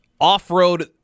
off-road